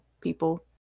people